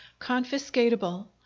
confiscatable